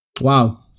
Wow